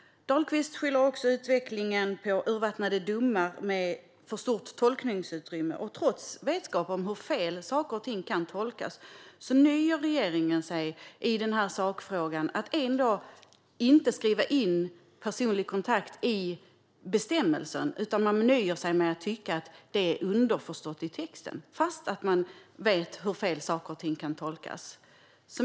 Dahlqvist skyller utvecklingen på urvattnade domar med för stort tolkningsutrymme. Trots vetskap om hur fel saker och ting kan tolkas väljer regeringen i denna sakfråga att inte skriva in personlig kontakt i bestämmelsen. Man nöjer sig med att tycka att det är underförstått i texten, trots att man vet hur fel saker och ting kan tolkas.